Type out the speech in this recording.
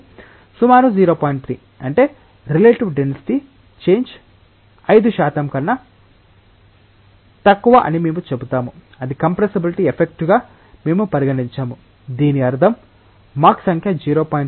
3 అంటే relative density change 5 శాతం కన్నా తక్కువ అని మేము చెబితే అది కంప్రెసిబిలిటీ ఎఫెక్ట్గా మేము పరిగణించము దీని అర్థం మాక్ సంఖ్య 0